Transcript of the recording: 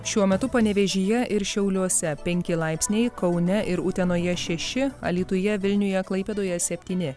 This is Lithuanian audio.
šiuo metu panevėžyje ir šiauliuose penki laipsniai kaune ir utenoje šeši alytuje vilniuje klaipėdoje septyni